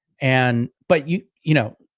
and but you, you know,